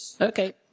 Okay